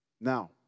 Now